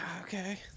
okay